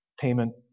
payment